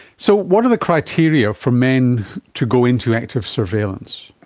so what are the criteria for men to go into active surveillance?